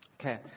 Okay